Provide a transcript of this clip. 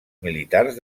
militars